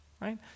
right